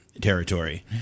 territory